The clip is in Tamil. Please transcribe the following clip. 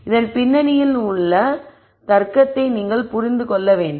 இதன் பின்னணியில் உள்ள தர்க்கத்தை நீங்கள் புரிந்து கொள்ள வேண்டும்